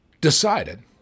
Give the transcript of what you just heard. decided